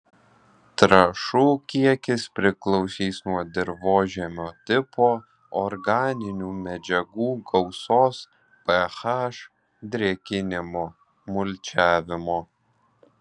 trąšų kiekis priklausys nuo dirvožemio tipo organinių medžiagų gausos ph drėkinimo mulčiavimo